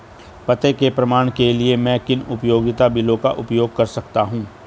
पते के प्रमाण के लिए मैं किन उपयोगिता बिलों का उपयोग कर सकता हूँ?